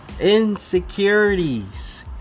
insecurities